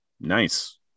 nice